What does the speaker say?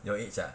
your age ah